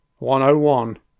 101